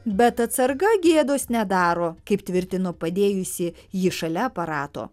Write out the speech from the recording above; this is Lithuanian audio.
bet atsarga gėdos nedaro kaip tvirtino padėjusi jį šalia aparato